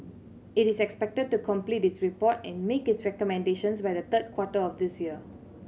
it is expected to complete its report and make its recommendations by the third quarter of this year